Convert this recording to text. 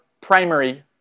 primary